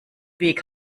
weg